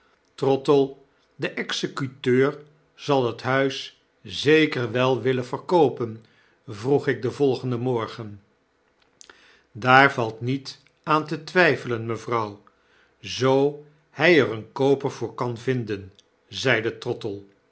de executeur zal het huis zeker wei willen verkoopen vroeg ik den volgenden morgen daar valt niet aan te twijfelen mevrouw zoo hy er een kooper voor kan vinden zeide trottle